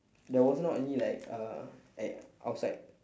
there was not any like uh at outside